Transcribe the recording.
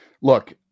Look